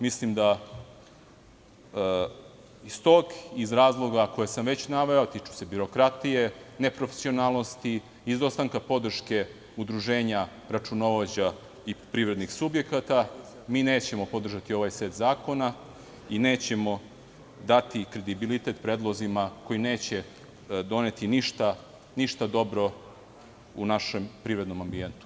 Mislim da iz razloga koje sam već naveo, a tiču se birokratije, neprofesionalnosti, izostanka podrške udruženja računovođa i privrednih subjekata, nećemo podržati ovaj set zakona i nećemo dati kredibilitetpredlozima koji neće doneti ništa dobro u našem privrednom ambijentu.